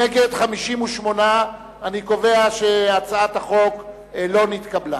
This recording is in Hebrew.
נגד, 58. אני קובע שהצעת החוק לא נתקבלה.